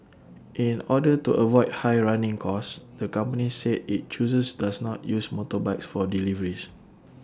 in order to avoid high running costs the company said IT chooses does not use motorbikes for deliveries